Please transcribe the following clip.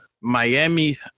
Miami